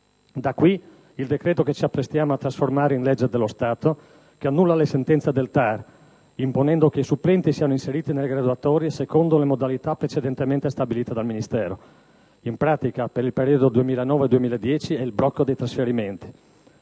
Da qui il decreto-legge che ci apprestiamo a convertire con legge dello Stato, che annulla le sentenze del TAR, imponendo che i supplenti siano inseriti nelle graduatorie secondo le modalità precedentemente stabilite dal Ministero. In pratica, per il periodo 2009-2010 è il blocco dei trasferimenti.